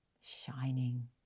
shining